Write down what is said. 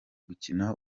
gukina